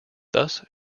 thus